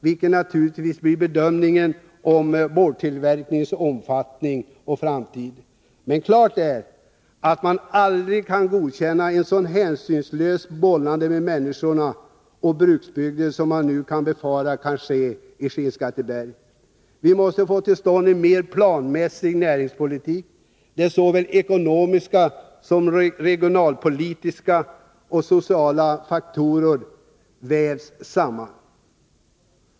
Detta är naturligtvis en fråga om bedömningar av boardtillverkningens omfattning och framtid. Men klart är att man aldrig kan godkänna ett så hänsynslöst bollande med människor och bruksbygder som man nu befarar kan ske i Skinnskatteberg. Vi måste få till stånd en mera planmässig näringspolitik, där såväl ekonomiska som regionalpolitiska och sociala faktorer vävs samman.